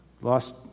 Lost